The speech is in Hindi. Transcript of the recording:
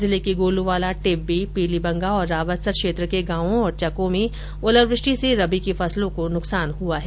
जिले के गोलूवाला टिब्बी पीलीबंगा और रावतसर क्षेत्र के गांवों और चकों में ओलावृष्टि से रबी की फसलों को नुकसान हुआ है